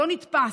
לא נתפס.